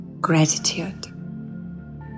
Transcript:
gratitude